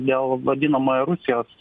dėl vadinamojo rusijos